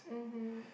mmhmm